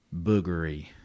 boogery